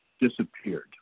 disappeared